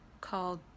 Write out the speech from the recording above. called